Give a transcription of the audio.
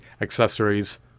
accessories